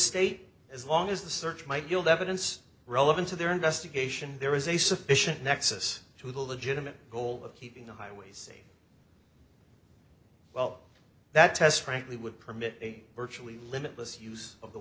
state as long as the search might yield evidence relevant to their investigation there is a sufficient nexus to the legitimate goal of keeping the highways well that test frankly would permit virtually limitless use of the